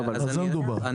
על זה מדובר,